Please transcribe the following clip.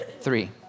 three